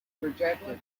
rejected